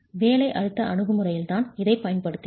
வேலை அழுத்த அணுகுமுறையில்தான் இதைப் பயன்படுத்துகிறோம்